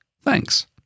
Thanks